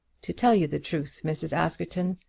to tell you the truth, mrs. askerton,